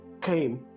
came